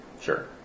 Sure